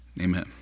Amen